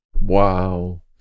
Wow